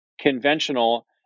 conventional